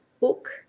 book